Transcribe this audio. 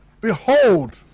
Behold